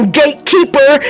gatekeeper